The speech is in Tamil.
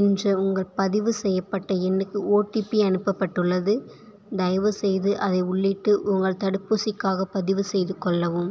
என்ற உங்கள் பதிவு செய்யப்பட்ட எண்ணுக்கு ஓடிபி அனுப்பப்பட்டுள்ளது தயவுசெய்து அதை உள்ளிட்டு உங்கள் தடுப்பூசிக்காகப் பதிவுசெய்து கொள்ளவும்